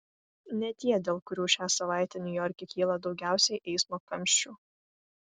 ne tie dėl kurių šią savaitę niujorke kyla daugiausiai eismo kamščių